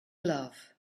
love